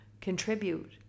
contribute